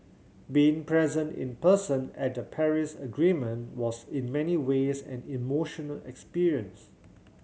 being present in person at the Paris Agreement was in many ways an emotional experience